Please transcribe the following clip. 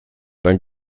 dann